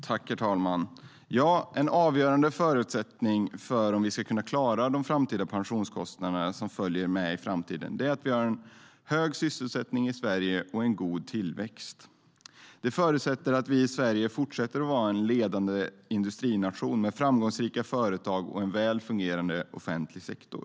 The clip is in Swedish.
Herr talman! En avgörande förutsättning för att vi ska kunna klara de pensionskostnader som följer i framtiden är att vi har en hög sysselsättning och en god tillväxt i Sverige. Det förutsätter att Sverige fortsätter att vara en ledande industrination med framgångsrika företag och en väl fungerande offentlig sektor.